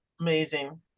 Amazing